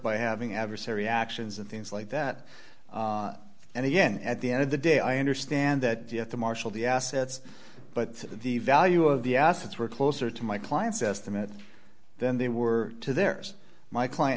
by having adversary actions and things like that and again at the end of the day i understand that the marshal the assets but the value of the assets were closer to my clients estimate than they were to there's my client